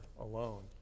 alone